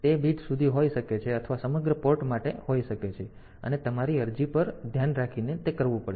તેથી તે બીટ સુધી હોઈ શકે છે અથવા સમગ્ર પોર્ટ માટે હોઈ શકે છે અને તમારી અરજી પર આધાર રાખીને તે કરવું પડશે